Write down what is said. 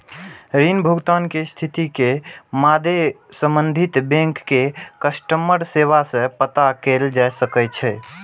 ऋण भुगतान के स्थिति के मादे संबंधित बैंक के कस्टमर सेवा सं पता कैल जा सकैए